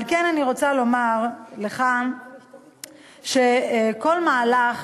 על כן, אני רוצה לומר לך שכל מהלך